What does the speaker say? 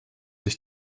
sich